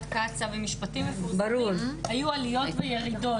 קצב ומשפטים מפורסמים היו עליות וירידות,